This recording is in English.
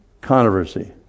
Controversy